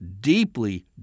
deeply